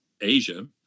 Asia